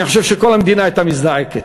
אני חושב שכל המדינה הייתה מזדעקת.